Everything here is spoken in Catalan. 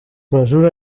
mesura